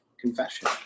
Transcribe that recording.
confession